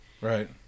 right